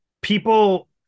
people